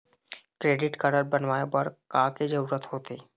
Credit card बनवाए बर का के जरूरत होते?